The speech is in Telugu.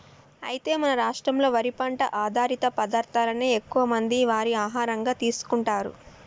అయితే మన రాష్ట్రంలో వరి పంట ఆధారిత పదార్థాలనే ఎక్కువ మంది వారి ఆహారంగా తీసుకుంటారు